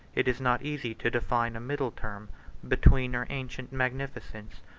it is not easy to define a middle term between her ancient magnificence,